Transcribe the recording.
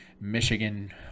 Michigan